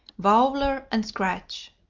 waowhler and scratch.